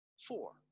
Four